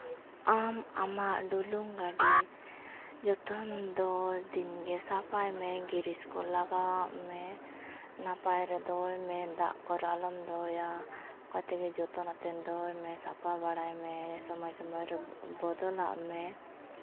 ᱟᱢ ᱟᱢᱟᱜ ᱰᱩᱞᱩᱝ ᱜᱟᱹᱰᱤ ᱡᱚᱛᱚᱱ ᱫᱚ ᱫᱤᱱᱜᱮ ᱥᱟᱯᱷᱟᱭ ᱢᱮ ᱜᱤᱨᱤᱡᱽ ᱠᱚ ᱞᱟᱜᱟᱣᱟᱜ ᱢᱮ ᱱᱟᱯᱟᱭ ᱨᱮ ᱫᱚᱦᱚᱭ ᱢᱮ ᱫᱟᱜ ᱠᱚᱨᱮ ᱟᱞᱚᱢ ᱫᱚᱦᱚᱭᱟ ᱚᱱᱠᱟ ᱛᱮᱜᱮ ᱡᱚᱛᱚᱱ ᱟᱛᱮᱫ ᱫᱚᱦᱚᱭ ᱢᱮ ᱥᱟᱯᱷᱟ ᱵᱟᱲᱟᱭ ᱢᱮ ᱥᱚᱢᱚᱭ ᱥᱚᱢᱚᱭ ᱨᱮ ᱵᱚᱫᱚᱞᱟᱜ ᱢᱮ